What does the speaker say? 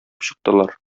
чыктылар